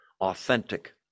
authentic